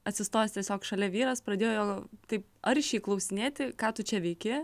atsistojęs tiesiog šalia vyras pradėjo taip aršiai klausinėti ką tu čia veiki